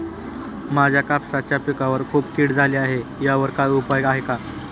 माझ्या कापसाच्या पिकावर खूप कीड झाली आहे यावर काय उपाय आहे का?